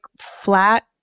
flat